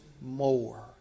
more